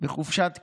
בחופשת קיץ,